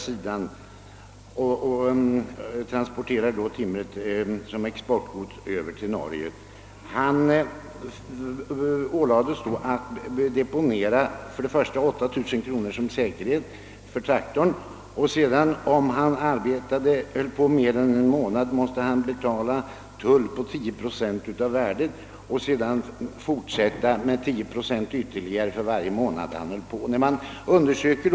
Han transporterar timret som exportgods över till Norge. Han ålades att deponera 8000 kronor som säkerhet för traktorn, och sedan måste han, om han höll på mer än en månad, betala tull på 10 procent av värdet för varje månad han höll på med verksamheten.